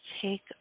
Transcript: take